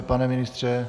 Pane ministře?